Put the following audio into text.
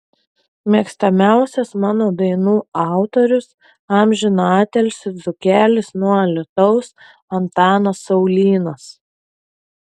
mėgstamiausias mano dainų autorius amžiną atilsį dzūkelis nuo alytaus antanas saulynas